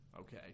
Okay